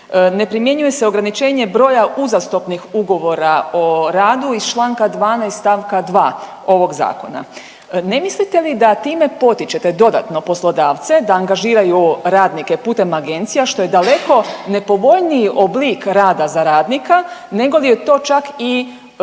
ne primjenjuje se ograničenje broja uzastopnih ugovora o radu iz čl. 12. st. 2. ovog zakona. Ne mislite li da time potičete dodatno poslodavce da angažiraju radnike putem agencija što je daleko nepovoljniji oblik rada za radnika negoli je to čak i